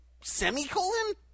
semicolon